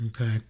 Okay